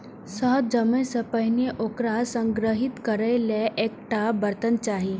शहद जमै सं पहिने ओकरा संग्रहीत करै लेल एकटा बर्तन चाही